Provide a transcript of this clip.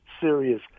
serious